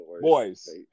boys